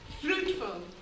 fruitful